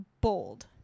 bold